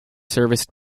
serviced